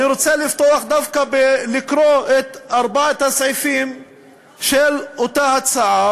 אני רוצה לקרוא את ארבעת הסעיפים של ההצעה,